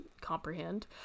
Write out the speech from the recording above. comprehend